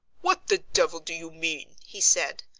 what the devil do you mean, he said,